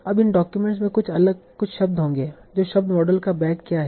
अब इन डाक्यूमेंट्स में कुछ शब्द होंगे तो शब्द मॉडल का बैग क्या है